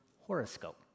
horoscope